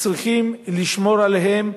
צריכים לשמור עליהם.